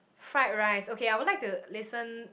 fried rice okay I would like to listen